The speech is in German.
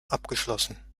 abgeschlossen